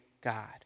God